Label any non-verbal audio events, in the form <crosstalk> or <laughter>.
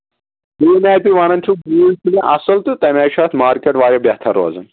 <unintelligible> ونان چھِ گوٗج تہِ اَصٕل تہٕ تَمہِ آیہِ چھُ اَتھ مارکیٹ واریاہ بہتر روزان